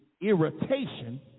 irritation